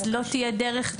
אז לא תהיה דרך.